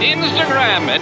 Instagram